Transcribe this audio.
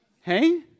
Hey